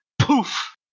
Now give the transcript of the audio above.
poof